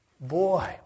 Boy